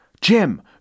jim